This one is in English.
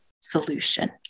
solution